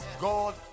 God